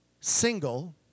single